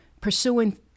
pursuing